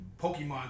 Pokemon